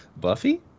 Buffy